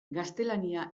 gaztelania